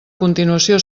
continuació